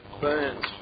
Burns